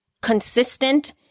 consistent